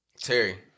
Terry